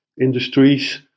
Industries